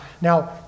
Now